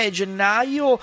gennaio